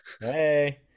hey